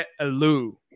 Alou